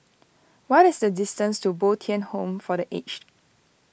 what is the distance to Bo Tien Home for the Aged